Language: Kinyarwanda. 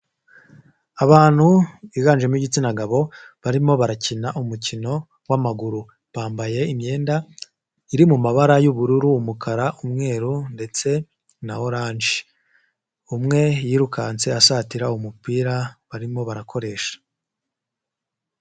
Abantu biganjemo igitsina gabo barimo barakina umukino w'amaguru, bambaye imyenda iri mu mabara y'ubururu, umukara, umweru ndetse na oranje, umwe yirukanse asatira umupira barimo barakoresha.